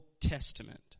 Testament